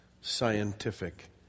scientific